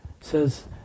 says